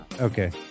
okay